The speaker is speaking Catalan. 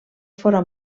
fora